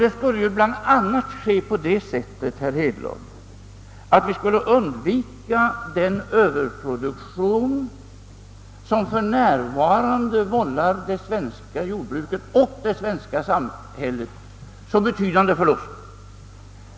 Det skulle bl.a. ske på det sättet — herr Hedlund — att vi skulle vidta åtgärder för att undvika den överproduktion som för närvarande vållar det svenska jordbruket och det svenska samhället så betydande förluster.